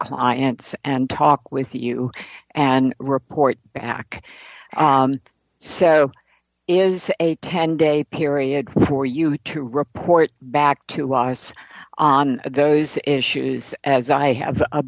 clients and talk with you and report back so is a ten day period for you to report back to us on those issues as i have